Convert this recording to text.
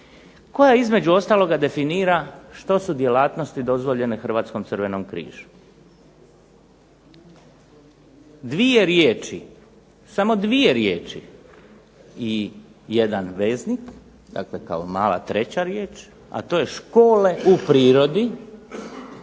koja između ostaloga definira što su djelatnosti dozvoljene Hrvatskom crvenom križu. Dvije riječi, samo dvije riječi i jedan veznik, dakle kao mala treća riječ, a to je škole u prirodi,